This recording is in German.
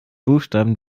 buchstaben